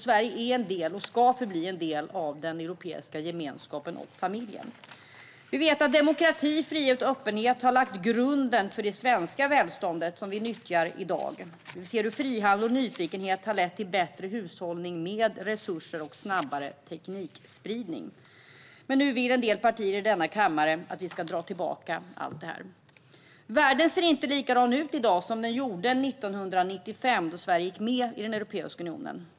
Sverige är och ska förbli en del av den europeiska gemenskapen och familjen. Vi vet att demokrati, frihet och öppenhet har lagt grunden för det svenska välstånd som vi drar fördel av i dag. Frihandel och nyfikenhet har lett till bättre hushållning med resurser och snabbare teknikspridning. Men nu vill en del partier i denna kammare att vi ska dra tillbaka allt detta. Världen ser inte likadan ut i dag som den gjorde 1995, då Sverige gick med i Europeiska unionen.